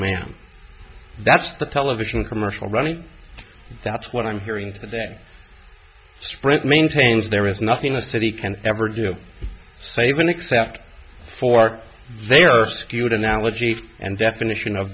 man that's the television commercial running that's what i'm hearing today sprint maintains there is nothing the city can ever do save and except for there are skewed analogies and definition of